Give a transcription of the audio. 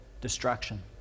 destruction